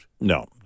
No